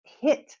hit